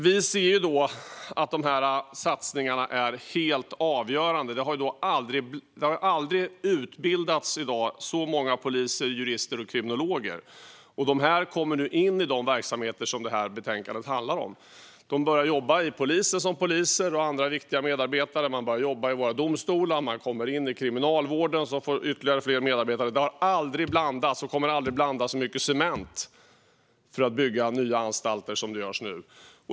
Vi ser att de här satsningarna är helt avgörande. Det har aldrig utbildats så många poliser, jurister och kriminologer som i dag. Dessa kommer nu in i de verksamheter som det här betänkandet handlar om. De börjar jobba inom polisen som poliser eller som andra viktiga medarbetare, de börjar jobba i våra domstolar och de kommer in i Kriminalvården. Det har aldrig blandats, och kommer aldrig att blandas, så mycket cement för att bygga nya anstalter som nu.